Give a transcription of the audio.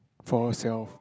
for herself